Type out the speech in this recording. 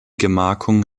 gemarkung